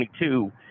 2022